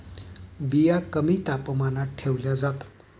बिया कमी तापमानात ठेवल्या जातात